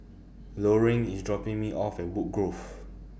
Loring IS dropping Me off At Woodgrove